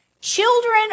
Children